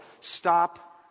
Stop